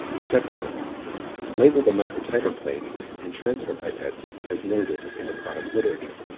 step one label the microtiter plate and transfer pipettes as noted in the product literature.